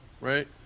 right